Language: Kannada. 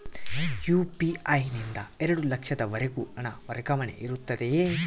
ಯು.ಪಿ.ಐ ನಿಂದ ಎರಡು ಲಕ್ಷದವರೆಗೂ ಹಣ ವರ್ಗಾವಣೆ ಇರುತ್ತದೆಯೇ?